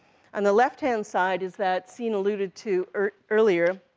on the left hand side is that scene alluded to earlier,